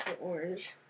Orange